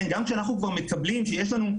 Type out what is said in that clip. גם כשאנחנו כבר מקבלים שיש לנו,